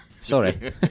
Sorry